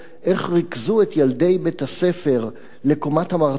איך ריכזו את ילדי בית-הספר בקומת המרתף